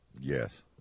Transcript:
Yes